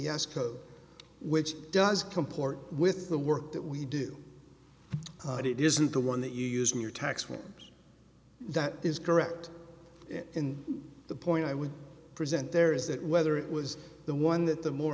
c s code which does comport with the work that we do it isn't the one that you used in your tax forms that is correct in the point i would present there is that whether it was the one that the mor